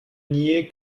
nier